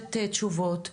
ודורשת תשובות.